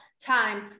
time